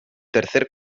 tercer